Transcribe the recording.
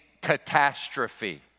catastrophe